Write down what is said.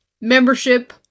Membership